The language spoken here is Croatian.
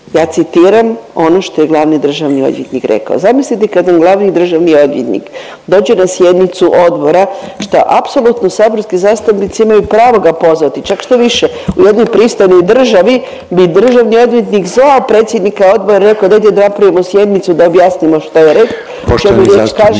Ja citiram ono što je glavni državni odvjetnik rekao. Zamislite kad vam glavni državni odvjetnik dođe na sjednicu odbora što apsolutno saborski zastupnici imaju pravo ga pozvati. Čak štoviše u jednoj pristojnoj državi bi državni odvjetnik zvao predsjednika odbora i rekao dajte da napravimo sjednicu, da objasnimo što